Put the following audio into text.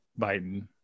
Biden